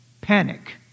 panic